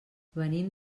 venim